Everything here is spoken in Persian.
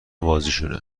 بازیشونه